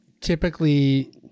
typically